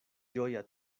ĝoja